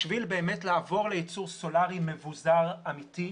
בשביל לעבור לייצור סולרי מבוזר ואמיתי,